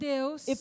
Deus